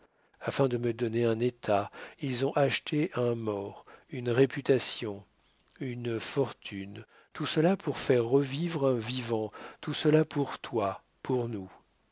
afin de me donner un état ils ont acheté un mort une réputation une fortune tout cela pour faire revivre un vivant tout cela pour toi pour nous